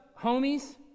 homies